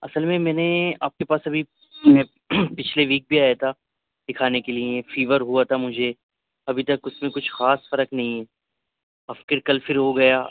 اصل میں میں نے آپ کے پاس ابھی میں پچھلے ویک بھی آیا تھا دِکھانے کے لیے فیور ہُوا تھا مجھے ابھی تک اُس میں کچھ خاص فرق نہیں ہے اب پھر کل پھر ہو گیا